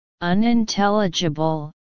unintelligible